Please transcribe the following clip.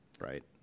right